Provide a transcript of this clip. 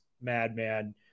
Madman